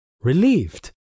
relieved